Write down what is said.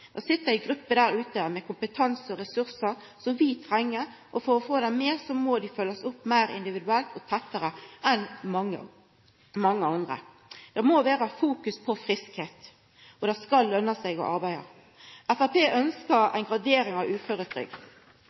Det sit ei gruppe der ute med kompetanse og ressursar som vi treng, og for å få dei med må dei følgjast opp meir individuelt og tettare enn mange andre. Det må vera fokus på friskleik, og det skal løna seg å arbeida. Framstegspartiet ønskjer ei gradering av uføretrygd.